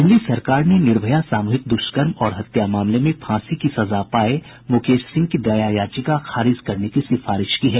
दिल्ली सरकार ने निर्भया सामूहिक द्रष्कर्म और हत्या मामले में फांसी की सजा पाये मुकेश सिंह की दया याचिका खारिज करने की सिफारिश की है